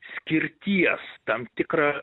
skirties tam tikrą